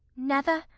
never,